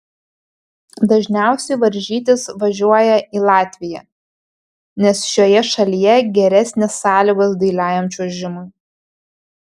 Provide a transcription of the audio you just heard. dažniausiai varžytis važiuoja į latviją nes šioje šalyje geresnės sąlygos dailiajam čiuožimui